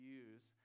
use